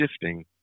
shifting